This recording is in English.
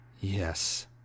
Yes